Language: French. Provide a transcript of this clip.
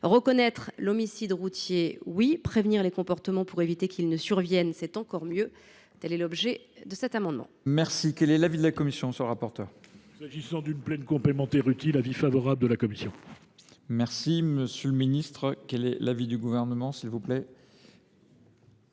Reconnaître l’homicide routier, c’est bien ; prévenir les comportements pour éviter qu’ils ne surviennent, c’est mieux. Tel est l’objet de cet amendement.